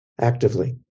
actively